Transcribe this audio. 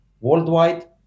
worldwide